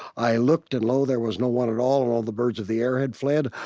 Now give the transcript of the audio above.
i looked, and lo, there was no one at all, and all the birds of the air had fled.